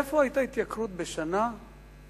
איפה היתה התייקרות בשנה אחת,